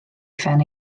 phen